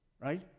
right